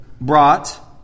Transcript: brought